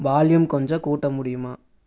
volume கொஞ்சம் கூட்ட முடியுமா